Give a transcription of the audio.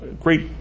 great